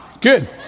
good